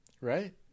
Right